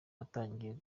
watangijwe